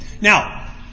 Now